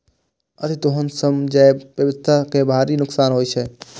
अतिदोहन सं जैव विविधता कें भारी नुकसान होइ छै